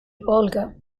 olga